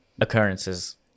occurrences